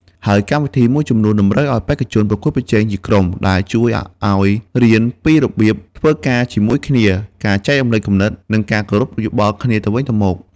ហើយកម្មវិធីមួយចំនួនតម្រូវឲ្យបេក្ខជនប្រកួតប្រជែងជាក្រុម ដែលជួយឲ្យពួកគេរៀនពីរបៀបធ្វើការជាមួយគ្នា ការចែករំលែកគំនិត និងការគោរពយោបល់គ្នាទៅវិញទៅមក។